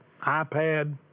iPad